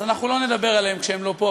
אז אנחנו לא נדבר עליהם כשהם לא פה.